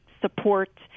support